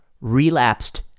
relapsed